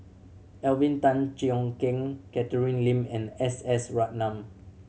Alvin Tan Cheong Kheng Catherine Lim and S S Ratnam